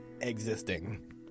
existing